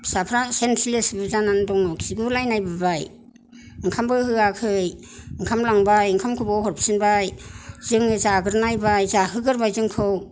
फिसाफ्रा सेन्सलेस बुजानानै दङ खिगुलायनाय बुबाय ओंखामबो होवाखै ओंखाम लांबाय ओंखामखौबो हरफिनबाय जोङो जाग्रोनायबाय जाहोगोरबाय जोंखौ